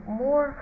more